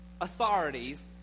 authorities